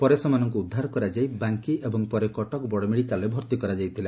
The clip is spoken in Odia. ପରେ ସେମାନଙ୍କୁ ଉଦ୍ଧାର କରାଯାଇ ବାଙ୍କୀ ଓ କଟକ ବଡ ମେଡିକାଲରେ ଭର୍ତି କରାଯାଇଥିଲା